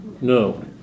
No